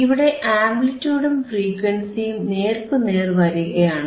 ഇവിടെ ആംപ്ലിറ്റിയൂഡും ഫ്രീക്വൻസിയും നേർക്കുനേർ വരികയാണ്